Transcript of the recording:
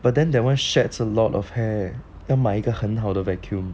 but then that one sheds a lot of hair and 买一个很好的 vacuum